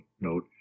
note